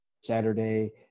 saturday